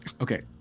Okay